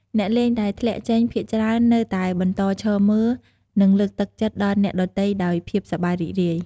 អ្នកលេងដែលធ្លាក់ចេញ ភាគច្រើននៅតែបន្តឈរមើល និងលើកទឹកចិត្តដល់អ្នកដទៃដោយភាពសប្បាយរីករាយ។